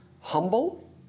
humble